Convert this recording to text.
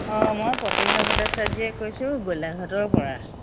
অ মই প্ৰতিভা ভট্টাচাৰ্যই কৈছোঁ গোলাঘাটৰ পৰা